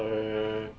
uh